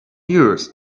years